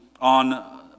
on